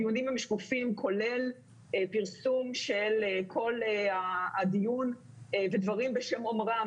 הדיונים הם שקופים כולל פרסום של כל הדיון ודברים בשם אומרים,